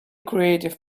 creative